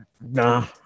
nah